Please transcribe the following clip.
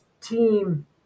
team